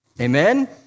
Amen